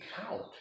count